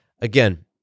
again